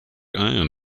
ian